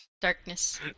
Darkness